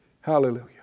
Hallelujah